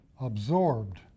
absorbed